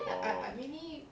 orh